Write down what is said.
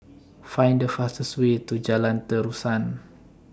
Find The fastest Way to Jalan Terusan